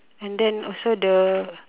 and then also the